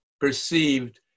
perceived